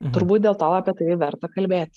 turbūt dėl to apie tai ir verta kalbėti